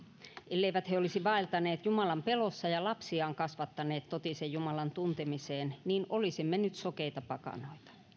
elleivät he olisi vaeltaneet jumalan pelossa ja lapsiaan kasvattaneet totisen jumalan tuntemiseen niin olisimme nyt sokeita pakanoita